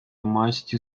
musty